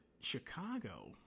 Chicago